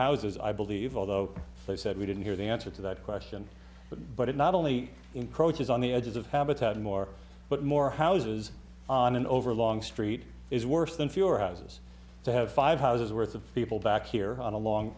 houses i believe although they said we didn't hear the answer to that question but but it not only encroaches on the edges of habitat more but more houses on an overlong street is worse than fewer houses to have five houses worth of people back here along